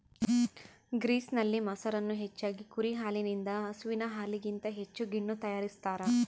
ಗ್ರೀಸ್ನಲ್ಲಿ, ಮೊಸರನ್ನು ಹೆಚ್ಚಾಗಿ ಕುರಿ ಹಾಲಿನಿಂದ ಹಸುವಿನ ಹಾಲಿಗಿಂತ ಹೆಚ್ಚು ಗಿಣ್ಣು ತಯಾರಿಸ್ತಾರ